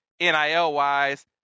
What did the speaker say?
NIL-wise